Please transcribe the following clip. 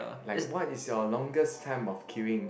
like what is your longest time of queueing